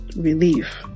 relief